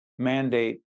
mandate